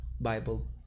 Bible